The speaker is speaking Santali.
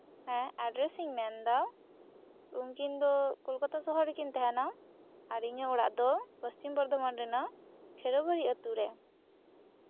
ᱦᱮᱸ ᱮᱰᱨᱮᱥᱤᱧ ᱢᱮᱱᱫᱟ ᱩᱱᱠᱤᱱ ᱫᱚ ᱠᱳᱞᱠᱟᱛᱟ ᱥᱚᱦᱚᱨ ᱨᱮᱠᱤᱱ ᱛᱟᱦᱮᱱᱟ ᱟᱨ ᱤᱧᱟᱹᱜ ᱚᱲᱟᱜ ᱫᱚ ᱯᱚᱥᱪᱤᱢ ᱵᱚᱨᱫᱷᱚᱢᱟᱱ ᱨᱮᱱᱟᱜ ᱠᱷᱮᱲᱵᱟᱲᱤ ᱟᱛᱳ ᱨᱮ